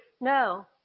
no